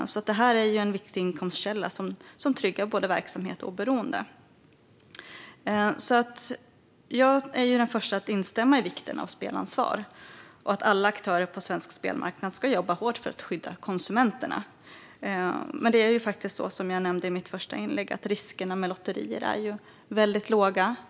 Det här är alltså en viktig inkomstkälla som tryggar både verksamhet och oberoende. Jag är den första att instämma när det gäller vikten av spelansvar och vikten av att alla på svensk spelmarknad ska jobba hårt för att skydda konsumenterna. Men det är faktiskt så, som jag nämnde i mitt första inlägg, att riskerna är låga.